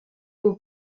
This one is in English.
will